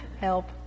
Help